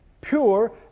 Pure